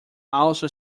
also